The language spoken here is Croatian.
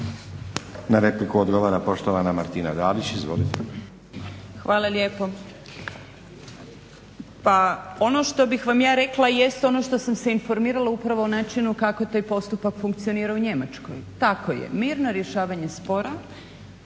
Na repliku odgovara poštovana Martina Dalić. Izvolite. **Dalić, Martina (HDZ)** Hvala lijepo. Pa ono što bih vam ja rekla jest ono što sam se informirala upravo o načinu kako te postupak funkcionira u Njemačkoj. Tako je, mirno rješavanje spora